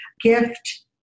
gift